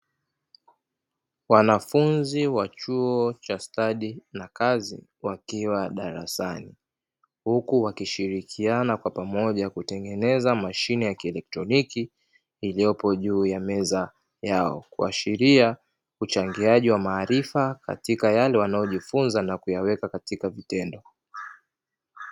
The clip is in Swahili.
Wanafunzi wa chuo cha stadi na kazi wakiwa darasani. Huku wakishirikiana kwa pamoja kutengeneza mashine ya kielektroniki iliyopo juu ya meza yao kuashiria uchangiaji wa maarifa katika yale wanayojifunza na kuyaweka katika vitendo.